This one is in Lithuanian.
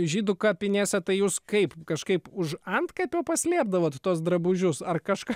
žydų kapinėse tai jūs kaip kažkaip už antkapio paslėpdavo tuos drabužius ar kažką